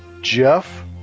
Jeff